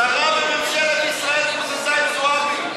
שרה בממשלת ישראל קוזזה עם זועבי.